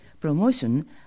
promotion